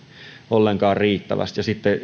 ollenkaan riittävästi